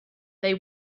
they